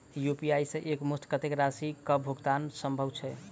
UPI सऽ एक मुस्त कत्तेक राशि कऽ भुगतान सम्भव छई?